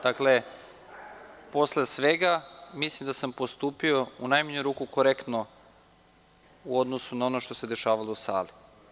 Dakle, posle svega, mislim da sam postupio u najmanju ruku korektno u odnosu na ono što se dešavalo u sali.